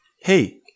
hey